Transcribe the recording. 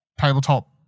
tabletop